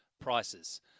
prices